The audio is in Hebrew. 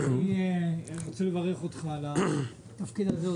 אני רוצה לברך אותך על התפקיד הזה,